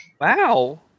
Wow